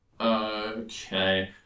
Okay